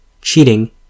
Cheating